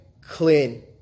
clean